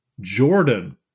Jordan